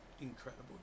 Incredible